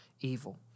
evil